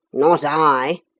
not i.